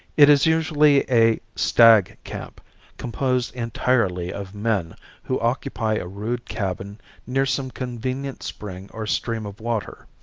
it is usually a stag camp composed entirely of men who occupy a rude cabin near some convenient spring or stream of water,